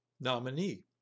nominee